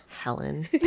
Helen